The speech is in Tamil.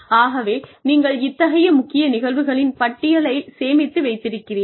ஆகவே நீங்கள் இத்தகைய முக்கிய நிகழ்வுகளின் பட்டியலைச் சேமித்து வைத்திருக்கிறீர்கள்